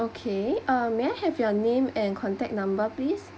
okay uh may I have your name and contact number please